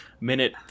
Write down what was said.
minute